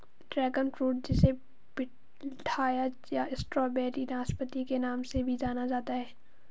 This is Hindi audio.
ड्रैगन फ्रूट जिसे पिठाया या स्ट्रॉबेरी नाशपाती के नाम से भी जाना जाता है